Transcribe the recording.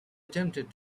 attempted